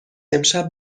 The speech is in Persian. امشب